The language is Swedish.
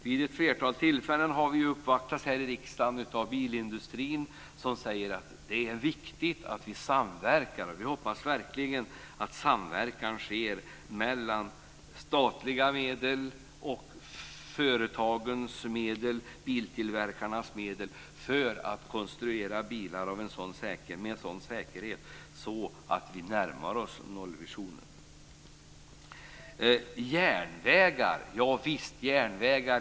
Vid ett flertal tillfällen har vi uppvaktats här i riksdagen av bilindustrin som säger att det är viktigt att vi samverkar. Vi hoppas verkligen att det sker en samverkan mellan statliga medel och företagens och biltillverkarnas medel för att konstruera bilar med en sådan säkerhet att vi närmar oss nollvisionen. Järnvägar i all ära.